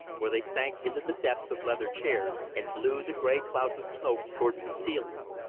where they sank into the depths of leather chairs, and blew the gray clouds of smoke towards the ceiling.